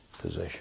position